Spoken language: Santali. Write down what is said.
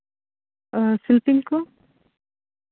ᱚ ᱥᱤᱞᱯᱤᱧ ᱠᱚ